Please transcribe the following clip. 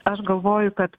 aš galvoju kad